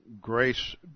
Grace